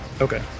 Okay